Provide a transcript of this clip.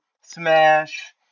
Smash